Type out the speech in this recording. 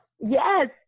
Yes